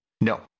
No